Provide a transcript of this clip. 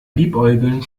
liebäugeln